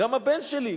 גם הבן שלי,